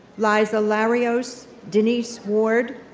liza larios, denise ward,